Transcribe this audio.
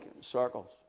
circles